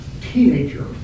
teenager